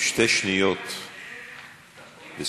שתי שניות לזכותך.